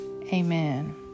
amen